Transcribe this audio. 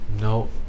no